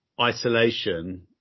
isolation